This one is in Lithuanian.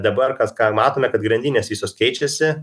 dabar kas ką ir matome kad grandinės visos keičiasi